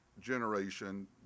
generation